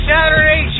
Saturday